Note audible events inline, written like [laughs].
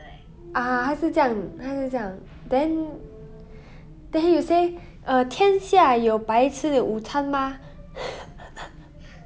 ah 他是这样他是这样 then then you say err 天下有白吃的午餐吗:tian xia you bai chi de wu cann ma [laughs]